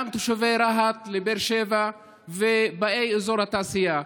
וגם תושבי רהט, לבאר שבע ובאי אזור התעשייה.